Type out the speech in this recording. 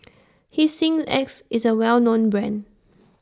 Hygin X IS A Well known Brand